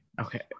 Okay